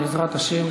בעזרת השם,